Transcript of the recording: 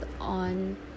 on